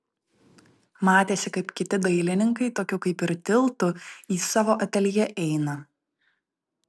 matėsi kaip kiti dailininkai tokiu kaip ir tiltu į savo ateljė eina